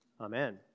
Amen